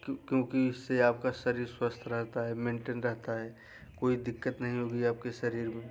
क्यों क्योंकि इससे आपका शरीर स्वस्थ रहता है मेन्टैन रहता है कोई दिक्कत नहीं होगी आपके शरीर में